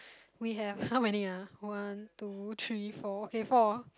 we have how many ah one two three four okay four